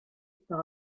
par